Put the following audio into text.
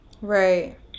Right